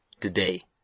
today